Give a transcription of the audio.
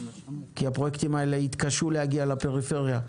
כי הפרויקטים האלה התקשו להגיע לפריפריה.